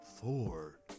four